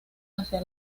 hacia